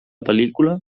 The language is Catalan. pel·lícula